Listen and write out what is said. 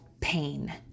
pain